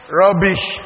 rubbish